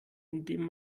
indem